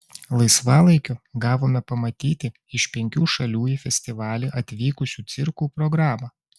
laisvalaikiu gavome pamatyti iš penkių šalių į festivalį atvykusių cirkų programą